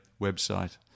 website